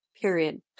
Period